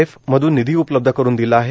F मधून निधी उपलब्ध करुन दिला आहे